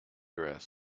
dress